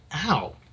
Ow